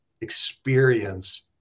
experience